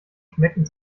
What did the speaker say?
schmecken